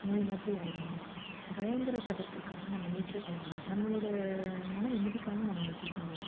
நோய் மாதிரி ஆயிடுங்க பயங்கிறதை தவிர்க்கிறதுக்காக நம்ம நீச்சல் பழகலாம் நம்மளோடய மன நிம்மதிக்காகவும் நம்ம நீச்சல் பழகலாம்